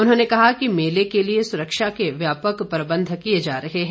उन्होंने कहा कि मेले के लिए सुरक्षा के व्यापक प्रबंध किए जा रहे हैं